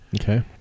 Okay